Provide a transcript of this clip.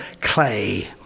clay